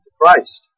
Christ